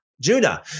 Judah